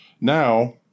Now